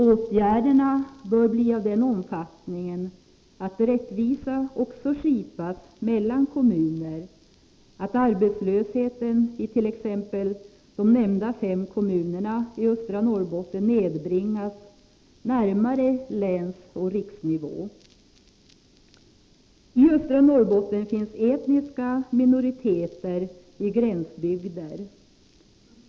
Åtgärderna bör bli av den omfattningen att rättvisa också skipas mellan kommuner — att arbetslösheten i t.ex. de nämnda fem kommunerna i östra Norrbotten nedbringas till länsoch riksnivån. I östra Norrbotten finns etniska minoriteter i gränsbygder.